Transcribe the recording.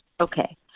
Okay